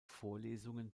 vorlesungen